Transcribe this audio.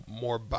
more